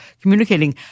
communicating